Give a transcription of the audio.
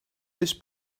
this